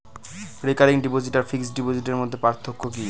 Recurring deposit আর fixed ডিপোজিটের মধ্যে পার্থক্য কি?